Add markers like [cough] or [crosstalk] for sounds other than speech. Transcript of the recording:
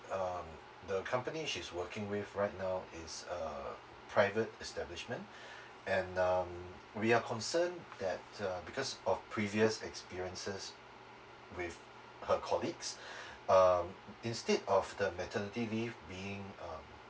um the company she's working with right now is a private establishment [breath] and um we are concerned that uh because of previous experiences with her colleagues [breath] um instead of the maternity leave being um